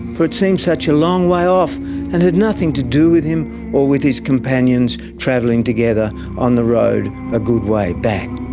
for it seemed such a long way off and had nothing to do with him or with his companions travelling together on the road a good way back.